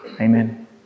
Amen